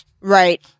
Right